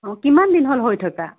অ' কিমান দিন হ'ল হৈ থকা